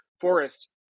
forests